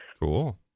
Cool